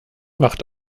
macht